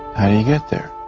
how do you get there